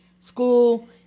School